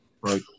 right